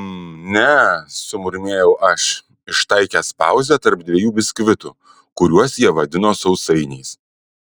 mm ne sumurmėjau aš ištaikęs pauzę tarp dviejų biskvitų kuriuos jie vadino sausainiais